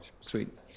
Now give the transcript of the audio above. Sweet